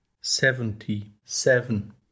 seventy-seven